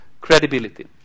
credibility